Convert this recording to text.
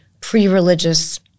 pre-religious